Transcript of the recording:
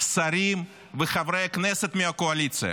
שרים וחברי כנסת מהקואליציה,